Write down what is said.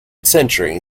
century